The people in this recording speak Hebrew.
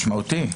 משמעותי.